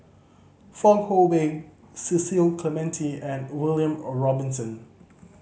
Fong Hoe Beng Cecil Clementi and William Robinson